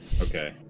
Okay